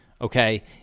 okay